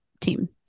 team